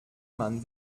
man